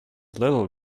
little